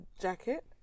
jacket